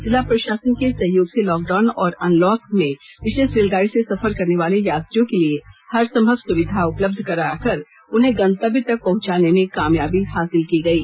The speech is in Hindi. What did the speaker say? जिला प्रशासन के सहयोग से लॉकडाउन और अनलॉक में विशेष रेलगाड़ी से सफर करने वाले यात्रियों के लिए हरसंभव सुविधा उपलब्ध करा कर उन्हें गंतव्य तक पहुंचाने में कामयाबी हासिल की गयी